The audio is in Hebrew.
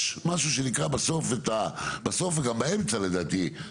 יש משהו שנמצא בסוף או גם באמצע לדעתי,